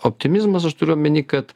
optimizmas aš turiu omeny kad